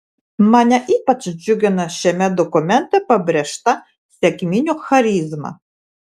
mane ypač džiugina šiame dokumente pabrėžta sekminių charizma